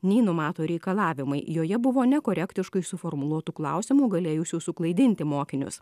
nei numato reikalavimai joje buvo nekorektiškai suformuluotų klausimų galėjusių suklaidinti mokinius